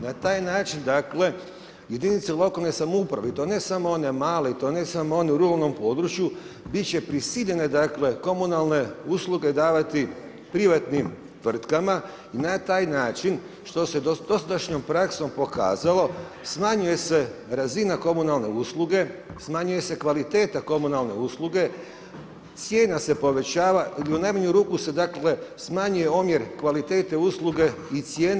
Na taj način dakle, jedinica lokalne samouprave i to ne samo one male i to ne samo one u ruralnom području, biti će prisiljene, dakle, komunalne usluge davati privatnim tvrtkama i na taj način, što se dosadašnjom praksom pokazalo smanjuje se razina komunalne usluge, smanjuje se kvaliteta komunalne usluge, cijena se povećava ili u najmanju ruku s e dakle, smanjuje omjer kvalitete i cijene.